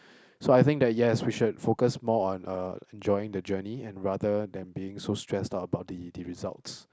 so I think that yes we should focus more on uh enjoying the journey and rather than being so stressed out about the it results